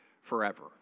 forever